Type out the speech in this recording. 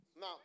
Now